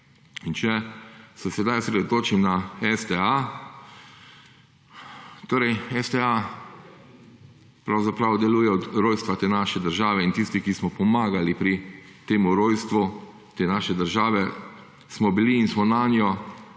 In če se sedaj osredotočim na STA, torej STA pravzaprav deluje od rojstva te naše države in tisti, ki smo pomagali pri temu rojstvu, te naše države, smo bili in smo nanjo